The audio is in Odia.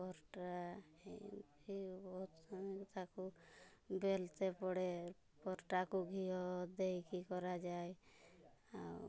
ପରଟା ଏଇ ଏଇ ବହୁତ ସମୟ ତାକୁ ବେଲିତେ ପଡ଼େ ପରଟାକୁ ଘିଅ ଦେଇକି କରାଯାଏ ଆଉ